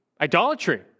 idolatry